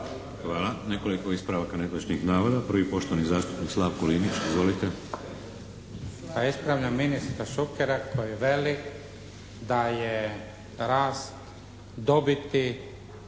Hvala. Nekoliko ispravaka netočnih navoda. Prvi je poštovani zastupnik Slavko Linić. Izvolite. **Linić, Slavko (SDP)** Pa ispravljam ministra Šukera koji veli da je rast dobiti